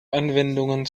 anwendungen